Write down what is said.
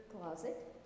Closet